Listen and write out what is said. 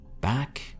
back